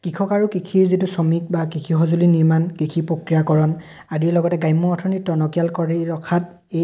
কৃষক আৰু কৃষিৰ যিটো শ্ৰমিক বা কৃষি সঁজুলি নিৰ্মাণ কৃষি প্ৰক্ৰিয়াকৰণ আদিৰ লগতে গ্ৰাম্য অৰ্থনীতি টনকিয়াল কৰি ৰখাত ই